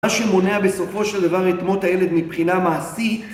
מה שמונע בסופו של דבר את מות הילד מבחינה מעשית